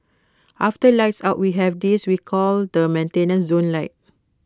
after lights out we have this we call the maintenance zone light